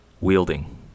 wielding